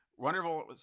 wonderful